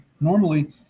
normally